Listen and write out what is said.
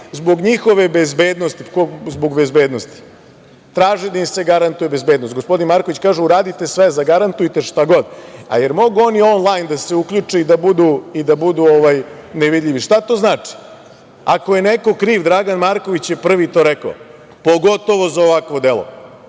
zbog njihove bezbednosti, da im se garantuje bezbednost. Gospodin Marković, kaže, uradite sve, zagarantujte šta god, a jel mogu oni onlajn da se uključe i da budu nevidljivi i šta to znači? Ako je neko kriv, a Dragan Marković je prvi to rekao, pogotovu za ovakvo delo,